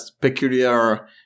peculiar